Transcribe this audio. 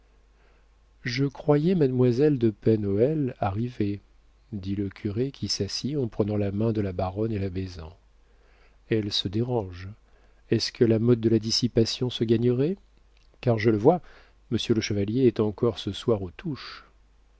je croyais mademoiselle de pen hoël arrivée dit le curé qui s'assit en prenant la main de la baronne et la baisant elle se dérange est-ce que la mode de la dissipation se gagnerait car je le vois monsieur le chevalier est encore ce soir aux touches